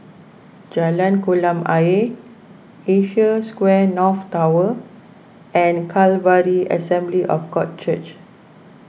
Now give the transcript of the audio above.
Jalan Kolam Ayer Asia Square North Tower and Calvary Assembly of God Church